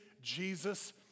Jesus